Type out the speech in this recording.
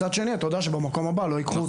מצד שני אתה יודע שבמקום הבא לא יקבלו